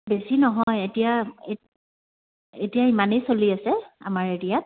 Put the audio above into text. বেছি নহয় এতিয়া এতিয়া ইমানেই চলি আছে আমাৰ এৰিয়াত